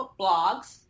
blogs